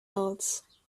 else